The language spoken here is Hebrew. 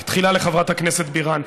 תחילה לחברת הכנסת בירן: